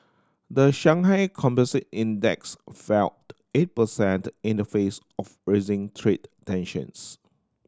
the Shanghai Composite Index fell eight percent in the face of raising trade tensions